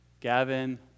Gavin